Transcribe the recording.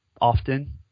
often